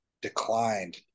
declined